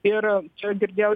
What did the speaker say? ir čia girdėjau